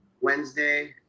Wednesday